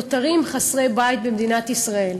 נותרים חסרי בית במדינת ישראל.